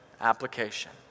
application